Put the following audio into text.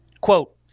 quote